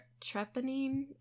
Trepanine